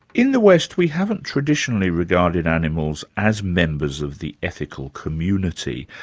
in the west, we haven't traditionally regarded animals as members of the ethical community.